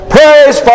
Praise